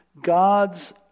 God's